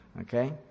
Okay